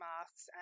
masks